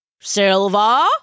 Silva